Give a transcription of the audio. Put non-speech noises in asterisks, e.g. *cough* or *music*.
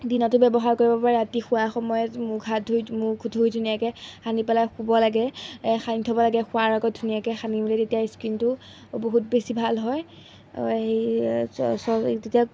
দিনতো ব্যৱহাৰ কৰিব পাৰে ৰাতি শোৱাৰ সময়ত মুখ হাত ধুই মুখ ধুই ধুনীয়াকৈ সানি পেলাই শুব লাগে সানি থ'ব লাগে শোৱাৰ আগত ধুনীয়াকৈ সানি মেলি তেতিয়া স্কিণটো বহুত বেছি ভাল হয় *unintelligible* তেতিয়া